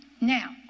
Now